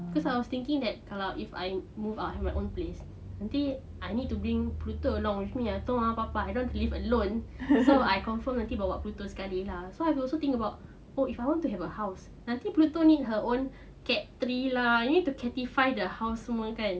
because I was thinking that kalau if I move out to my own place I think I need to bring pluto along with me I told about mama papa I don't want to live alone so I confirm nanti bawa pluto sekali lah so I also think about oh if you want to have a house nanti pluto need her own cat tree lah you need to catify the house semua kan